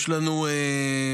יש לנו בפוריה,